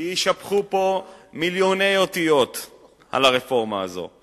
יישפכו פה מיליוני אותיות על הרפורמה הזו.